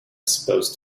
supposed